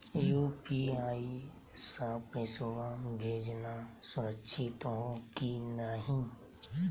UPI स पैसवा भेजना सुरक्षित हो की नाहीं?